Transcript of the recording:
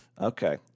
Okay